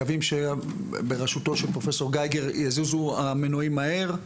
מקווים שבראשותו של פרופסור גייגר יזוזו המנועים מהר,